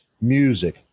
music